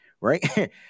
right